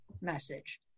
message